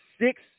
six